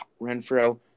Renfro